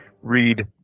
read